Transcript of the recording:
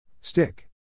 Stick